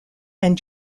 and